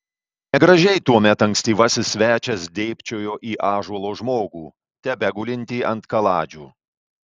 negražiai tuomet ankstyvasis svečias dėbčiojo į ąžuolo žmogų tebegulintį ant kaladžių